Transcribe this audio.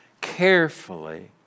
carefully